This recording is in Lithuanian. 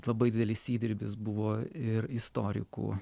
labai didelis įdirbis buvo ir istorikų